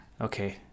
Okay